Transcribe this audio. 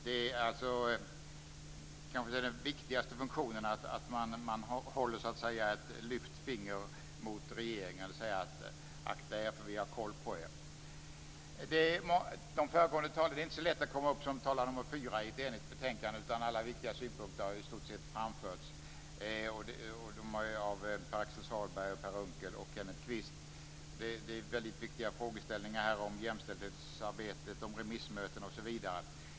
Den viktigaste funktionen är kanske att man så att säga håller ett lyft finger mot regeringen: Akta er, för vi har koll på er! Det är inte så lätt att komma som talare nr 4 i ett enigt betänkande. Alla viktiga synpunkter har i stort sett framförts av Pär Axel Sahlberg, Per Unkel och Kenneth Kvist. Det är viktiga frågeställningar om jämställdhetsarbete, om remissmöten osv.